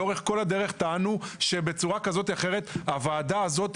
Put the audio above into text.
לאורך כול הדרך טענו שבצורה כזו או אחרת הוועדה הזאת,